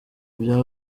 bya